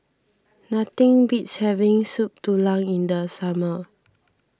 nothing beats having Soup Tulang in the summer